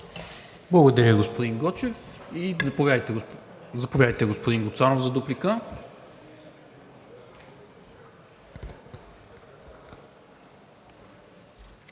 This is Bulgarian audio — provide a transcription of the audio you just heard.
Благодаря, господин Гочев. Заповядайте, господин Гуцанов, за дуплика.